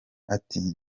ati